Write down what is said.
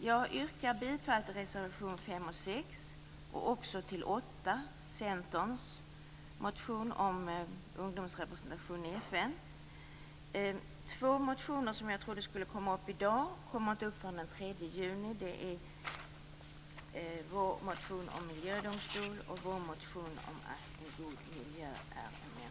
Jag yrkar bifall till reservationerna 5 och 6 samt till reservation 8, som rör Centerns motion om ungdomsrepresentation i FN. Två motioner som jag trodde skulle komma upp i dag kommer inte upp förrän den 3 juni. Det är vår motion om miljödomstol och vår motion om att en god miljö är en mänsklig rättighet.